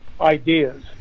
ideas